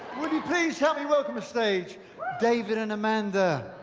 will you please help me? welcome to stage david and amanda